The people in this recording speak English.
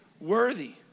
worthy